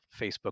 Facebook